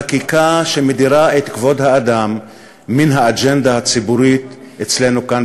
חקיקה שמדירה את כבוד האדם מן האג'נדה הציבורית אצלנו כאן,